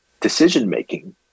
decision-making